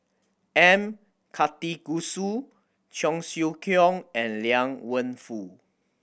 M Karthigesu Cheong Siew Keong and Liang Wenfu